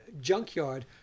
junkyard